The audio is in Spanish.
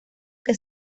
que